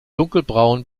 dunkelbraun